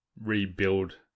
rebuild